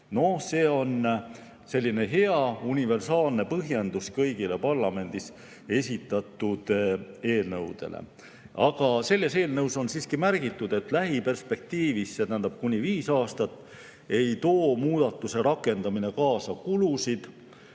Noh, see on selline hea universaalne põhjendus kõigi parlamendis esitatud eelnõude korral. Aga selles eelnõus on siiski märgitud, et lähiperspektiivis, see tähendab kuni 5 aastat, ei too muudatuse rakendamine kaasa kulusid.